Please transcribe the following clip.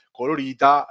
colorita